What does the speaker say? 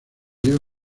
lleva